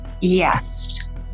yes